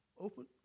open